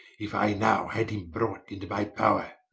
if i now had him brought into my power